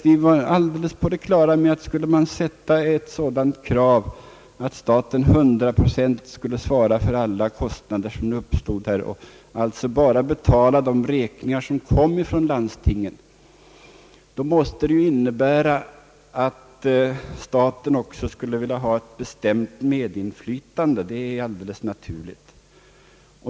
Vi var alldeles på det klara med att skulle man ställa ett sådant krav — att staten hundraprocentigt skulle svara för alla kostnader och alltså bara betala de räkningar som kom ifrån landstingen — då måste det innebära att staten också skulle vilja ha ett bestämt medinflytande. Det är alldeles naturligt.